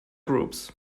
groups